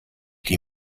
die